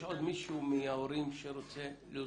יש עוד מישהו מההורים שרוצה להוסיף?